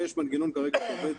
ויש מנגנון כרגע שעובד,